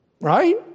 Right